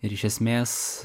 ir iš esmės